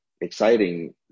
exciting